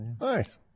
nice